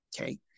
okay